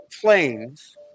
planes